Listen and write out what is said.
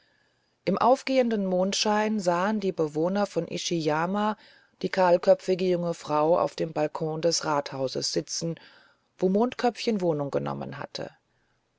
im aufgehenden mondschein sahen die bewohner von ishiyama die kahlköpfige junge frau auf dem balkon des rasthauses sitzen wo mondköpfchen wohnung genommen hatte